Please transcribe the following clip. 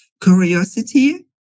curiosity